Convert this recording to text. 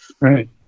right